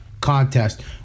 contest